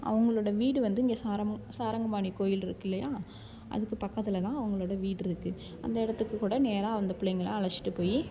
அவங்களோட வீடு வந்து இங்க சாரம் சாரங்கபாணி கோவில் இருக்குது இல்லையா அதுக்கு பக்கத்தில் தான் அவங்களோட வீடு இருக்குது அந்த இடத்துக்கு கூட நேராக அந்த பிள்ளைங்களை அழைச்சிட்டு போயி